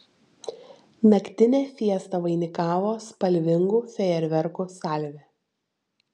naktinę fiestą vainikavo spalvingų fejerverkų salvė